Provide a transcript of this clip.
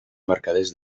mercaders